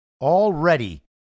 already